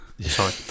sorry